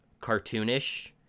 cartoonish